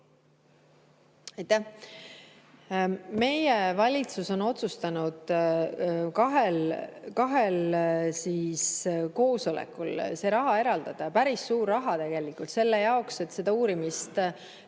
Meie valitsus on otsustanud kahel koosolekul see raha eraldada ja see on päris suur raha tegelikult selle jaoks, et seda uurimist